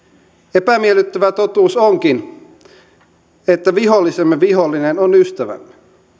epämiellyttävä totuus onkin että vihollisemme vihollinen on ystävämme